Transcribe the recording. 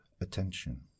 attention